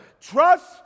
Trust